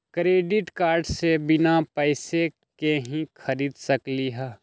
Credit card से बिना पैसे के ही खरीद सकली ह?